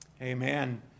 Amen